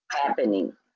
happening